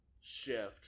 shift